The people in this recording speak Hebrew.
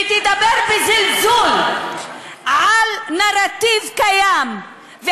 ותדבר בזלזול על נרטיב קיים,